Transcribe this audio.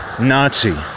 Nazi